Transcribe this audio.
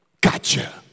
gotcha